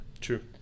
True